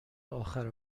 آخر